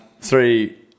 three